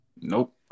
Nope